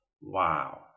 wow